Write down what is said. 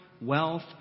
wealth